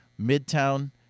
Midtown